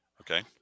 Okay